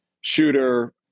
shooter